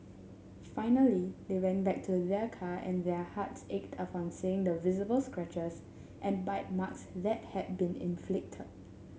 finally they went back to their car and their hearts ached upon seeing the visible scratches and bite marks that had been inflicted